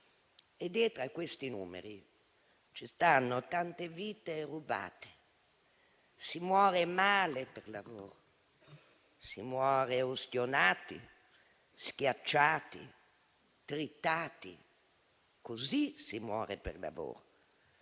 Dietro a questi numeri ci sono tante vite rubate. Si muore male per lavoro; si muore ustionati, schiacciati, tritati. Così si muore per lavoro.